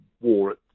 war